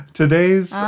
today's